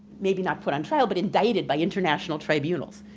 maybe not put on trial, but indicted by international tribunals.